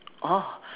oh